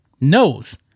knows